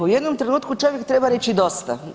U jednom trenutku čovjek treba reći dosta.